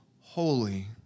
Holy